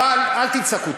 אל תצעקו,